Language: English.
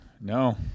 No